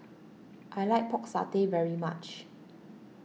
I like Pork Satay very much